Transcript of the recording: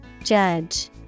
Judge